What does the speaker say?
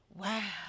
wow